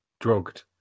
drugged